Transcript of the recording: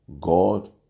god